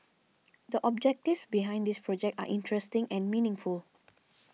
the objectives behind this project are interesting and meaningful